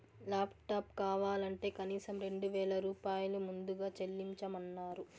laptop కావాలంటే కనీసం రెండు వేల రూపాయలు ముందుగా చెల్లించమన్నరు